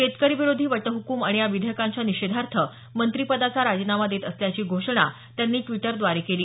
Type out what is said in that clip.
शेतकरीविरोधी वटहुकूम आणि या विधेयकांच्या निषेधार्थ मंत्रीपदाचा राजीनामा देत असल्याची घोषणा त्यांनी द्वीटद्वारे केली